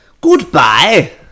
goodbye